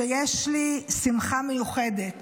שיש לי שמחה מיוחדת